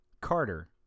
Carter